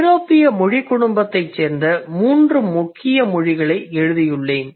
ஐரோப்பிய மொழி குடும்பத்தைச் சேர்ந்த 3 முக்கிய மொழிகளை எழுதியுள்ளேன்